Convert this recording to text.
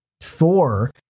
four